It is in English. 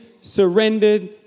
surrendered